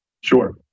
Sure